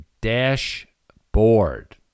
dashboard